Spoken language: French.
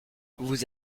vous